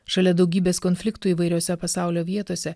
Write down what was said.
šalia daugybės konfliktų įvairiose pasaulio vietose